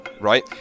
Right